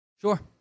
Sure